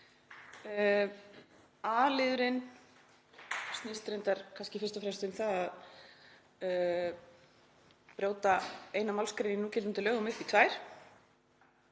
A-liður snýst reyndar kannski fyrst og fremst um það að brjóta eina málsgrein í núgildandi lögum upp í tvær.